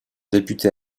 député